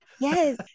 Yes